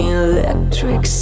electric